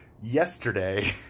yesterday